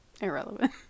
Irrelevant